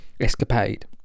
Escapade